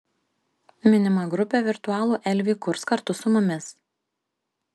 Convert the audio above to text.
minima grupė virtualų elvį kurs kartu su mumis